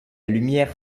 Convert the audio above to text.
lumière